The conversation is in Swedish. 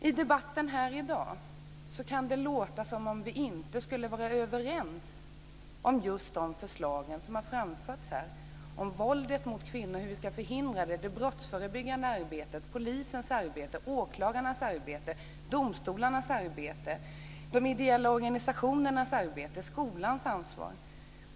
I debatten här i dag kan det låta som om vi inte skulle vara överens om just de förslag som har framförts här, om våldet mot kvinnor och hur vi ska förhindra det, om det brottsförebyggande arbetet, polisens arbete, åklagarnas arbete, domstolarnas arbete, de ideella organisationernas arbete och skolans ansvar.